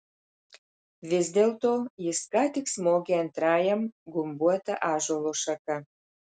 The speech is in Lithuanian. vis dėlto jis ką tik smogė antrajam gumbuota ąžuolo šaka